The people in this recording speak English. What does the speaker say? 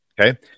Okay